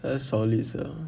quite solid sia